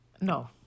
No